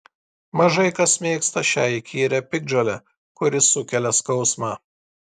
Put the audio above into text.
mažai kas mėgsta šią įkyrią piktžolę kuri sukelia skausmą